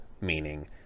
meaning